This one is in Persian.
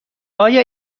آیا